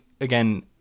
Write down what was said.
again